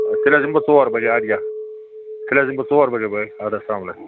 آ تیٚلہِ حظ یِم بہٕ ژور بجے اَدٕ کیٛاہ تیٚلہِ حظ یِم بہٕ ژور بجے بٲگۍ اَدٕ حظ